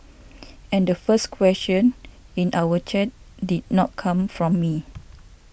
and the first question in our chat did not come from me